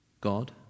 God